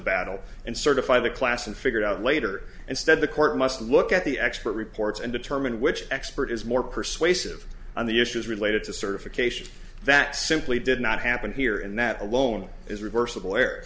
battle and certify the class and figured out later instead the court must look at the expert reports and determine which expert is more persuasive on the issues related to certification that simply did not happen here and that alone is revers